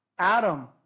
Adam